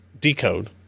decode